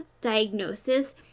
diagnosis